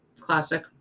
classic